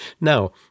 Now